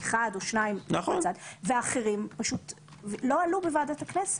אחד או שניים ו האחרים פשוט לא עלו בוועדת הכנסת.